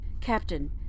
Captain